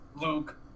Luke